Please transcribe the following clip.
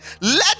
Let